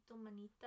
manita